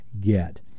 get